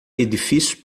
edifícios